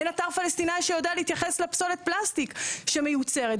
אין אתר פלסטינאי שיודע להתייחס לפסולת פלסטיק שמיוצרת.